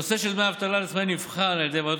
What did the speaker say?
הנושא של דמי אבטלה לעצמאים נבחן על ידי ועדות